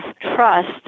trust